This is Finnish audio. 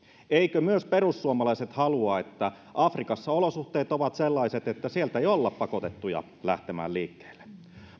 eivätkö myös perussuomalaiset halua että afrikassa olosuhteet ovat sellaiset että sieltä ei olla pakotettuja lähtemään liikkeelle